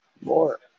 more